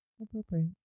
appropriate